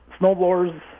snowblowers